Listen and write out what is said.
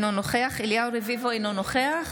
אינו נוכח אליהו רביבו, אינו נוכח